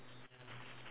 which ah